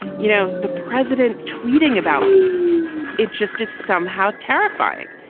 you know, the president tweeting about me it just is somehow terrifying.